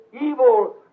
evil